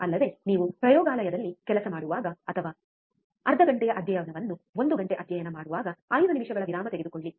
ಅಲ್ಲದೆ ನೀವು ಪ್ರಯೋಗಾಲಯದಲ್ಲಿ ಕೆಲಸ ಮಾಡುವಾಗ ಅಥವಾ ಅರ್ಧ ಘಂಟೆಯ ಅಧ್ಯಯನವನ್ನು ಒಂದು ಗಂಟೆ ಅಧ್ಯಯನ ಮಾಡುವಾಗ 5 ನಿಮಿಷಗಳ ವಿರಾಮ ತೆಗೆದುಕೊಳ್ಳಿ